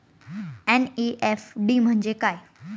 NEFT म्हणजे काय?